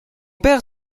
père